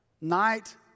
Night